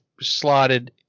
slotted